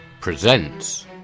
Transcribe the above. presents